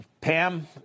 Pam